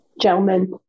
gentlemen